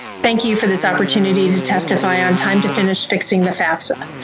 thank you for this opportunity to testify on time to finish fixing the fafsa.